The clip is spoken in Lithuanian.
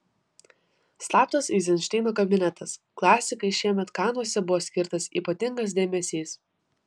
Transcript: slaptas eizenšteino kabinetas klasikai šiemet kanuose buvo skirtas ypatingas dėmesys